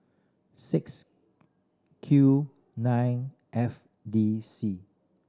six Q nine F D C